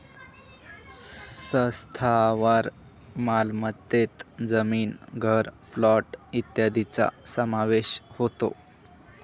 स्थावर मालमत्तेत जमीन, घर, प्लॉट इत्यादींचा समावेश होतो